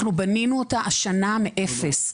אנחנו בנינו אותה השנה מאפס.